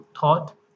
thought